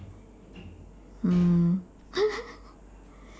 mm